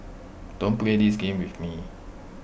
don't play this game with me